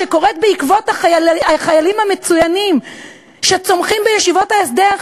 שקורית בעקבות השירות של החיילים המצוינים שצומחים בישיבות ההסדר,